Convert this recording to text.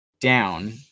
down